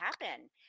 happen